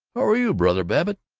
hower you, brother babbitt?